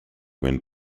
when